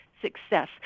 success